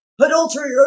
adultery